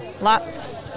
Lots